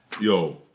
Yo